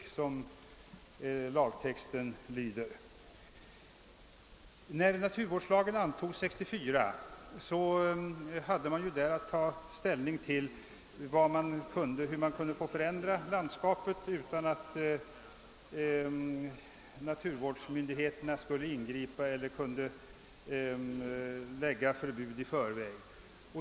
Naturvårdslagen antogs 1964. Det gällde då att ta ställning till hur man kunde få förändra landskapet utan att naturvårdsmyndigheterna skulle kunna ingripa eller föreskriva förbud i förväg.